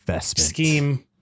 scheme